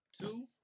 two